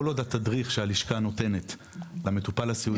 כל עוד התדריך שהלשכה נותנת למטופל הסיעודי ולבני